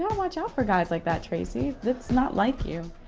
watch out for guys like that tracy. it's not like you.